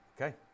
Okay